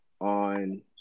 on